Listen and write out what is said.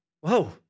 Whoa